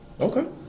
okay